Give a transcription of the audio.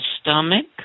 stomach